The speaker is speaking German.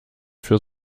für